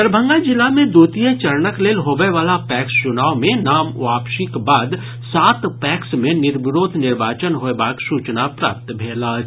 दरभंगा जिला मे द्वितीय चरणक लेल होबय वला पैक्स चुनाव मे नाम वापसीक बाद सात पैक्स मे निर्विरोध निर्वाचन होयबाक सूचना प्राप्त भेल अछि